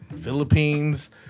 philippines